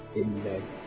Amen